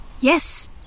Yes